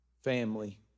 family